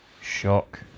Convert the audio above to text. shock